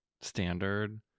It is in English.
standard